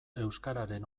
euskararen